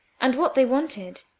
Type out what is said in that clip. and what they wanted,